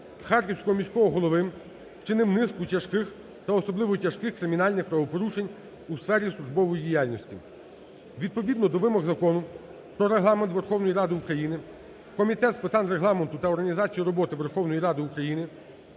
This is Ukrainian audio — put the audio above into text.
харківського міського голови, вчинив низку тяжких та особливо тяжких кримінальних правопорушень у сфері службової діяльності. Відповідно до вимог Закону про Регламент Верховної Ради України Комітет з питань Регламенту та організації роботи Верховної Ради України